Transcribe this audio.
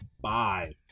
Bye